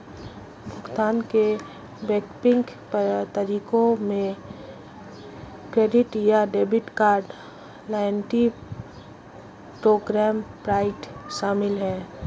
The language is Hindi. भुगतान के वैकल्पिक तरीकों में क्रेडिट या debit card, loyalty program point शामिल है